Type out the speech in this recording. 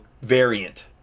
variant